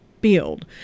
build